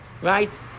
Right